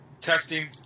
testing